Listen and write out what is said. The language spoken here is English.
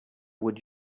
would